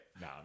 No